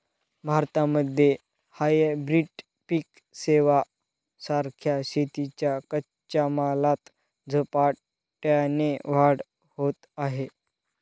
भारतामध्ये हायब्रीड पिक सेवां सारख्या शेतीच्या कच्च्या मालात झपाट्याने वाढ होत आहे